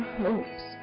hopes